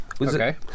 Okay